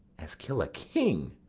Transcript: as kill a king!